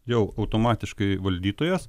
jau automatiškai valdytojas